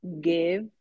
give